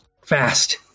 Fast